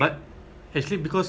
join the company like this